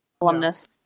alumnus